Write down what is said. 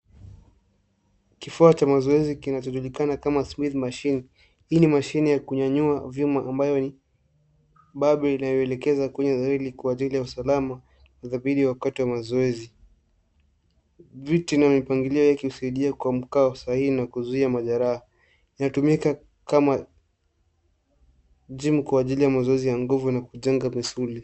Kifaa cha mazoezi kinachojulikana kama Smith Machine, ini mashine ya kunyanyua vyuma ambayo ni babri yanayoelekeza kwenye reli kwa ajili ya usalama mdhabiti wakati wa mazoezi. Viti na mipangilio yakiusidia kwa mkawo sahihi na kuzuia majeraha, inatumika kama jimu kwa ajili wa mazoezi ya nguvu na kujenga misuli.